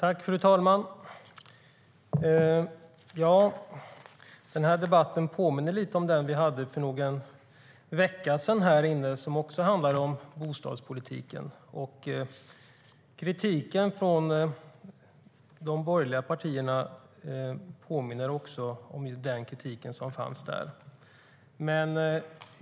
Fru talman! Den här debatten påminner lite om den som vi hade för någon vecka sedan och som också handlade om bostadspolitiken. Även kritiken från de borgerliga partierna påminner om den som framfördes då.